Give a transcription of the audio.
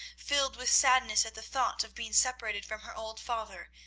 filled with sadness at the thought of being separated from her old father,